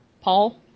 Paul